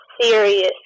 serious